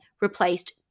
replaced